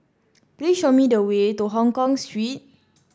please show me the way to Hongkong Street